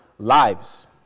Lives